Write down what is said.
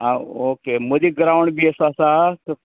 आं ओके मदी ग्रावंड बी असो आसा